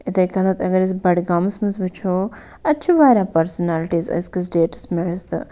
یِتھَے کَنتھ اَگر أسۍ بڈگامَس منٛز وٕچھو اَتہِ چھُ واریاہ پٔرسٕنَلٹیٖز أزۍکِس ڈٮ۪ٹَس منٛز تہٕ